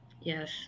Yes